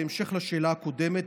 בהמשך לשאלה הקודמת,